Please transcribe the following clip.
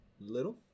little